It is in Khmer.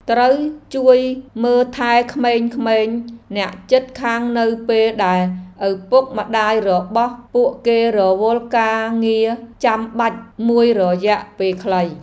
ត្រូវជួយមើលថែក្មេងៗអ្នកជិតខាងនៅពេលដែលឪពុកម្តាយរបស់ពួកគេរវល់ការងារចាំបាច់មួយរយៈពេលខ្លី។